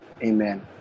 Amen